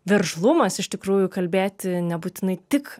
veržlumas iš tikrųjų kalbėti nebūtinai tik